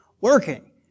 working